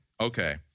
okay